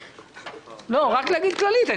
רק להגיד כללית.